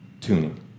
tuning